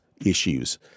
issues